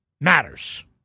matters